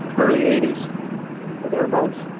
early eighty s or thereabouts